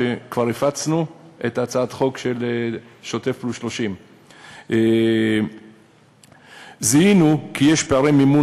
שכבר הפצנו את הצעת החוק של שוטף פלוס 30. זיהינו כי יש פערי מימון